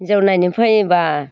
हिन्जाव नायनो फैयोबा